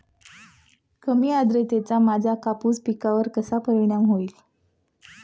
कमी आर्द्रतेचा माझ्या कापूस पिकावर कसा परिणाम होईल?